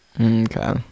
Okay